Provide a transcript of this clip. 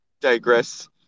digress